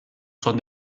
son